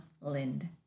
lind